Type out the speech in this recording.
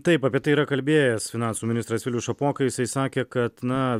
taip apie tai yra kalbėjęs finansų ministras vilius šapoka jisai sakė kad na